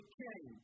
king